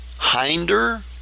hinder